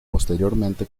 posteriormente